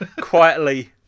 quietly